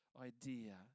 idea